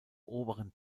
oberen